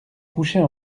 couchait